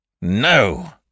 No